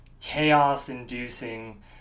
chaos-inducing